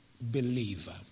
believer